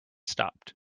stopped